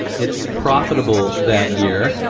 it's profitable that year.